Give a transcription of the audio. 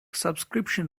subscription